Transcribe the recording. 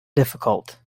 difficult